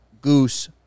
Goose